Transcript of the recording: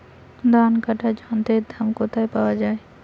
ধান কাটার যন্ত্রের দাম কোথায় পাওয়া যায়?